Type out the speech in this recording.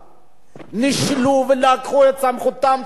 נישלו ולקחו את סמכותם של הקייסים,